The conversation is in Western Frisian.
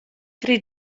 krige